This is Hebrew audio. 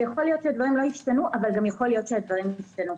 ויכול להיות שהדברים לא ישתנו אבל גם יכול להיות שהדברים ישתנו.